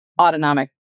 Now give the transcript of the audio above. autonomic